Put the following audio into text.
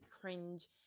cringe